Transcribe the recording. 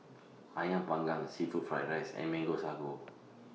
Ayam Panggang Seafood Fried Rice and Mango Sago